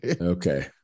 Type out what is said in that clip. Okay